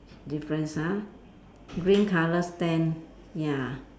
difference ah green colour stand ya